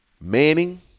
Manning